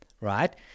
right